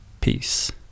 Peace